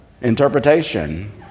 interpretation